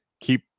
keep